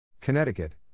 Connecticut